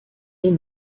est